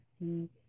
see